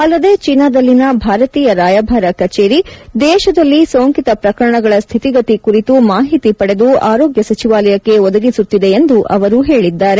ಅಲ್ಲದೆ ಚೀನಾದಲ್ಲಿನ ಭಾರತೀಯ ರಾಯಭಾರ ಕಚೇರಿ ದೇಶದಲ್ಲಿ ಸೋಂಕಿತ ಪ್ರಕರಣಗಳ ಸ್ಥಿತಿಗತಿ ಕುರಿತು ಮಾಹಿತಿ ಪಡೆದು ಆರೋಗ್ಯ ಸಚಿವಾಲಯಕ್ಕೆ ಒದಗಿಸುತ್ತಿದೆ ಎಂದು ಅವರು ಹೇಳಿದರು